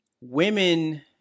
Women